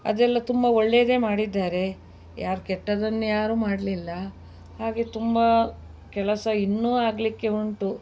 ಅದೆಲ್ಲ ತುಂಬ ಒಳ್ಳೆಯದೇ ಮಾಡಿದ್ದಾರೆ ಯಾರು ಕೆಟ್ಟದನ್ನ ಯಾರು ಮಾಡಲಿಲ್ಲ ಹಾಗೆ ತುಂಬ ಕೆಲಸ ಇನ್ನೂ ಆಗಲಿಕ್ಕೆ ಉಂಟು